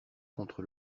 contre